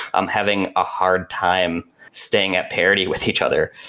i'm having a hard time staying at parity with each other,